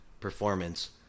Performance